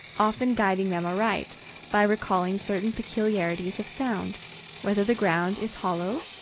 often guiding them aright by recalling certain peculiarities of sound whether the ground is hollow,